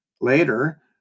Later